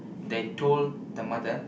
they told the mother